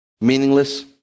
meaningless